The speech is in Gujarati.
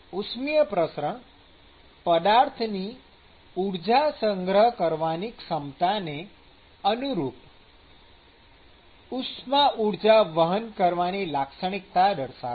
ઉષ્મિય પ્રસરણ પદાર્થની ઊર્જા સંગ્રહ કરવાની ક્ષમતાને અનુરૂપ ઉષ્મા ઊર્જા વહન કરવાની લાક્ષણિકતા દર્શાવે છે